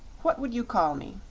what would you call me?